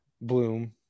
Bloom